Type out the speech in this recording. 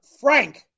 Frank